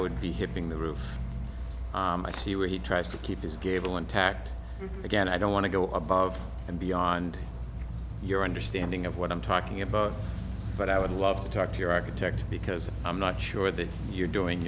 would be hitting the roof i see where he tries to keep his gable intact again i don't want to go above and beyond your understanding of what i'm talking about but i would love to talk to your architect because i'm not sure that you're doing